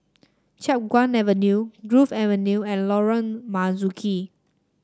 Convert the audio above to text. Chiap Guan Avenue Grove Avenue and Lorong Marzuki